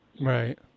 Right